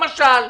למשל,